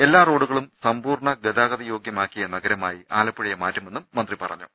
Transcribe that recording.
എല്ലാ റോഡുകളും സമ്പൂർണ ഗതാഗതയോഗ്യമായ നഗരമാക്കി ആലപ്പുഴയെ മാറ്റുമെന്നും മന്ത്രി പറഞ്ഞു